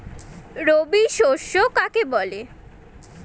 রবি শস্য কাকে বলে?